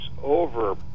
over